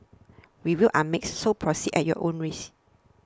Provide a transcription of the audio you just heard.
reviews are mixed so proceed at your own risk